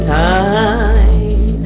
time